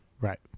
right